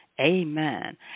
Amen